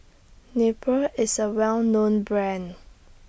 Nepro IS A Well known Brand